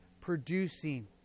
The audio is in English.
producing